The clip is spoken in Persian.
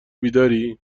بیداری